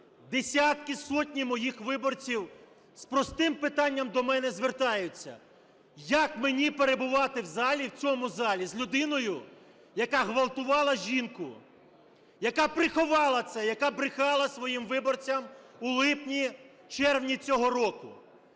десятки, сотні моїх виборців з простим питанням до мене звертаються: як мені перебувати в залі, в цьому залі з людиною, яка ґвалтувала жінку, яка приховала це, яка брехала своїм виборцям у липні-червні цього року?